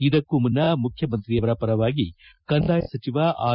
ಇದಕ್ಕೂ ಮುನ್ನ ಮುಖ್ಯಮಂತ್ರಿಯವರ ಪರವಾಗಿ ಕಂದಾಯ ಸಚಿವ ಆರ್